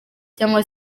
cyangwa